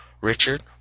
Richard